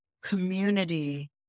community